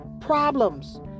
problems